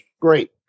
Great